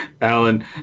Alan